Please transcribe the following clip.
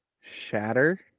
Shatter